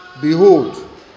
Behold